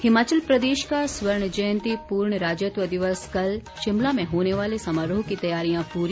हिमाचल प्रदेश का स्वर्ण जयंती पूर्ण राज्यत्व दिवस कल शिमला में होने वाले समारोह की तैयारियां पूरी